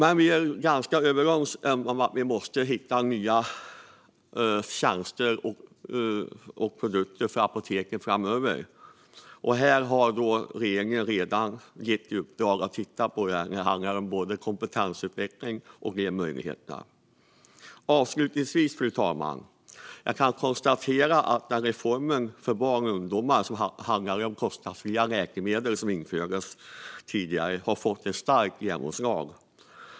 Vi är dock ganska överens om att vi måste hitta nya tjänster och produkter för apoteken framöver. Regeringen har redan gett ett uppdrag som handlar om att titta på detta; det handlar om både kompetensutveckling och dessa möjligheter. Avslutningsvis, fru talman, kan jag konstatera att den reform för kostnadsfria läkemedel för barn och ungdomar som infördes tidigare har fått ett starkt genomslag.